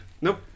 Nope